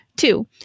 Two